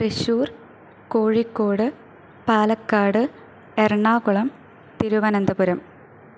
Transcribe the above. Thrissur Kozhikode Palakkad Ernakulam Thiruvananthapuram